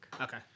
Okay